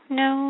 no